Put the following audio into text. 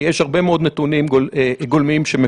יש הרבה מאוד נתונים גולמיים שמפורסמים.